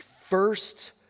first